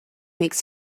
makes